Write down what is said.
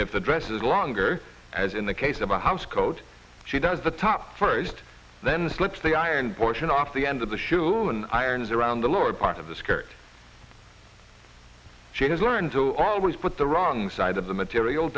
if the dress is longer as in the case of a housecoat she does the top first then slips the iron portion off the end of the shoe and irons around the lower part of the skirt she has learned to always put the wrong side of the material